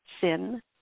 sin